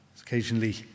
Occasionally